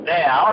now